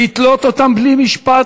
לתלות אותם בלי משפט,